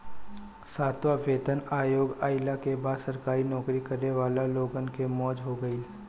सातवां वेतन आयोग आईला के बाद सरकारी नोकरी करे वाला लोगन के मौज हो गईल